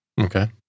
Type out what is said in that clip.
Okay